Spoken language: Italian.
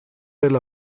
della